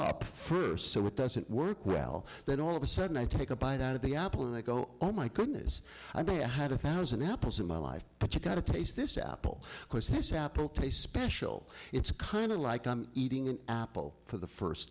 up for so it doesn't work well then all of a sudden i take a bite out of the apple and i go oh my goodness i had a thousand apples in my life but you got to taste this apple because this apple taste special it's kind of like i'm eating an apple for the first